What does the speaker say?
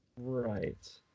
Right